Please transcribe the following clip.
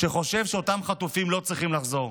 שחושב שאותם חטופים לא צריכים לחזור,